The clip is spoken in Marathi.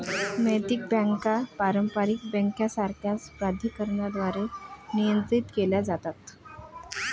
नैतिक बँका पारंपारिक बँकांसारख्याच प्राधिकरणांद्वारे नियंत्रित केल्या जातात